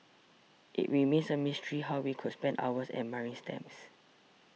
it remains a mystery how we could spend hours admiring stamps